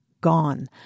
gone